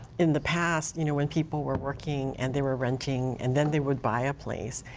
in the past, you know when people were working and they were renting and then they would buy a place,